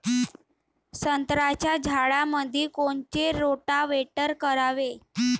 संत्र्याच्या झाडामंदी कोनचे रोटावेटर करावे?